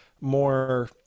more